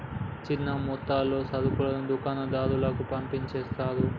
చిన్న మొత్తాలలో సరుకులు దుకాణం దారులకు పంపిణి చేస్తారు